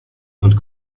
und